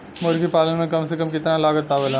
मुर्गी पालन में कम से कम कितना लागत आवेला?